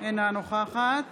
אינה נוכחת